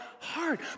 heart